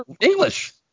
English